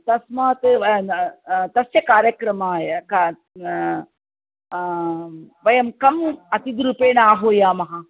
तस्मात् व तस्य कार्यक्रमाय वयं कम् अतिथिरूपेण आह्वयामः